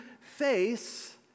face